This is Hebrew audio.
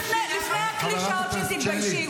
לפני הקלישאות של "תתביישי",